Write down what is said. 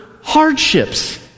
hardships